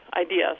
ideas